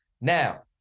Now